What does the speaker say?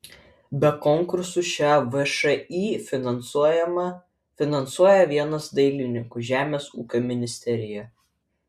be konkursų šią všį finansuoja vienas dalininkų žemės ūkio ministerija